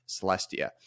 Celestia